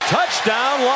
Touchdown